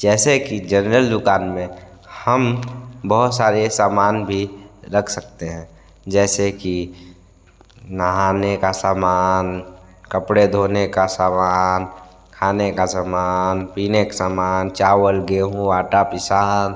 जैसे की जनरल दुकान में हम बहुत सारे समान भी रख सकते हैं जैसे की नहाने का सामान कपड़े धोने का समान खाने का सामान पीने का सामान चावल गेंहू आटा पिसा